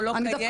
או לא קיימת?